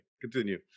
continue